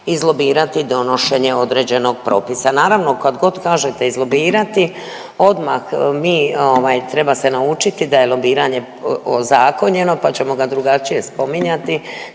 izlobirati donošenje određenog propisa. Naravno kad god kažete izlobirati odmah mi ovaj treba se naučiti da je lobiranje ozakonjeno, pa ćemo ga drugačije spominjati